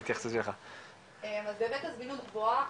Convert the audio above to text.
אז באמת הזמינות גבוהה,